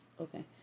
Okay